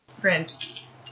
Prince